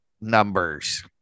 numbers